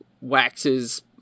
waxes